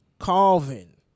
Calvin